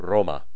Roma